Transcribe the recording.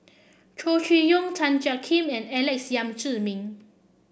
Chow Chee Yong Tan Jiak Kim and Alex Yam Ziming